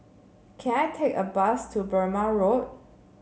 can I take a bus to Burmah Road